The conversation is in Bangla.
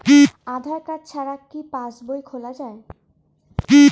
আধার কার্ড ছাড়া কি পাসবই খোলা যায়?